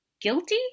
guilty